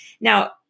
Now